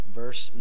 verse